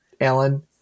Alan